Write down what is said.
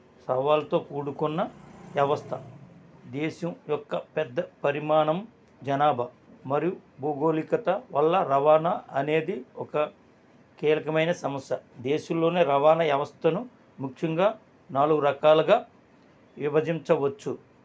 సవాళ్ళతో కూడుకున్న వ్యవస్థ దేశం యొక్క పెద్ద పరిమాణం జనాభా మరియు భూగోళికత వల్ల రవాణా అనేది ఒక కీలకమైన సమస్య దేశంలోనే రవాణా వ్యవస్థను ముఖ్యంగా నాలుగు రకాలుగా విభజించవచ్చు